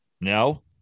No